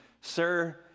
sir